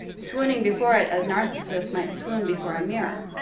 swooning before it as narcissus might swoon before a mirror.